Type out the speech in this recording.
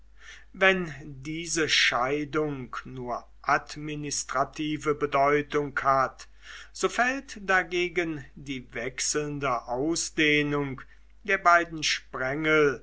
wenn diese scheidung nur administrative bedeutung hat so fällt dagegen die wechselnde ausdehnung der beiden sprengel